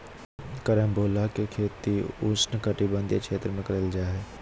carambola के खेती उष्णकटिबंधीय क्षेत्र में करल जा हय